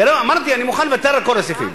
אמרתי שאני מוכן לוותר על כל הסעיפים.